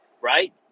right